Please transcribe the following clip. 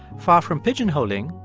far from pigeonholing,